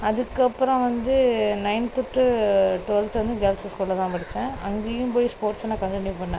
அதுக்கப்புறம் வந்து ninth to twelfth வந்து கேர்ள்ஸெஸ் ஸ்கூலில்தான் படிச்சேன் அங்கேயும் போய் ஸ்போட்ஸில் நான் கண்டினியூ பண்ணேன்